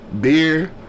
Beer